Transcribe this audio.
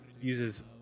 uses